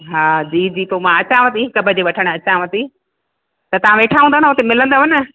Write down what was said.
हा जी जी पोइ मां अचावती हिकु ॿजे वठणु अचावती त तव्हां वेठा हूंदव न मिलंदव न